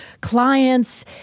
clients